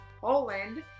Poland